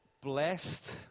Blessed